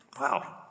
Wow